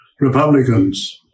Republicans